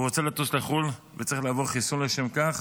הוא רוצה לטוס לחו"ל וצריך לעבור חיסון לשם כך,